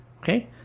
Okay